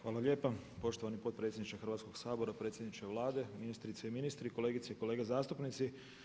Hvala lijepa poštovani potpredsjedniče Hrvatskoga sabora, predsjedniče Vlade, ministrice i ministri, kolegice i kolege zastupnici.